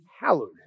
hallowed